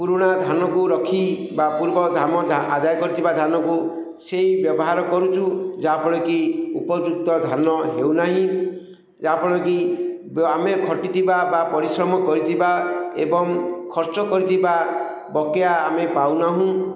ପୁରୁଣା ଧାନକୁ ରଖି ବା ପୂର୍ବ ଆଦାୟ କରିଥିବା ଧାନକୁ ସେଇ ବ୍ୟବହାର କରୁଛୁ ଯାହାଫଳରେ କି ଉପଯୁକ୍ତ ଧାନ ହେଉନାହିଁ ଯାହାଫଳରେ କି ଆମେ ଖଟିଥିବା ବା ପରିଶ୍ରମ କରିଥିବା ଏବଂ ଖର୍ଚ୍ଚ କରିଥିବା ବକେୟା ଆମେ ପାଉନାହୁଁ